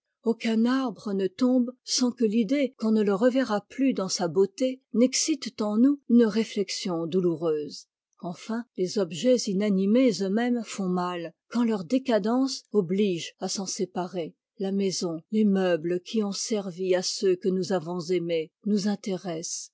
aucun arbre ne tombe sans que l'idée qu'on ne le reverra p us dans sa beauté n'excite en nous une réflexion douloureuse enfin les objets inanimés eux-mêmes font mal quand leur décadence oblige à s'en sépa rer la maison les meubles qui ont servi à ceux que nous avons aimés nous intéressent